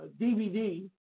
DVD